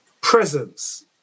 presence